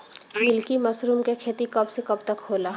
Milky mushroom के खेती कब से कब तक होला?